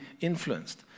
influenced